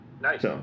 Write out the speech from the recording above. Nice